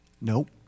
Nope